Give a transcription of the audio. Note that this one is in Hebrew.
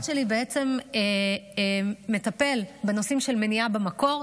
המשרד שלי בעצם מטפל בנושאים של מניעה במקור.